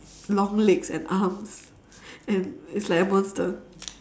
long legs and arms and it's like a monster